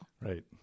Right